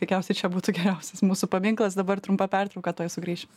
veikiausiai čia būtų geriausias mūsų paminklas dabar trumpa pertrauka tuoj sugrįšim